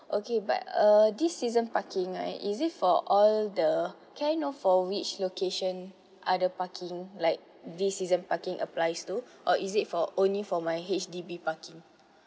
okay but uh this season parking right is it for all the can I know for which location are the parking like this season parking applies to or is it for only for my H_D_B parking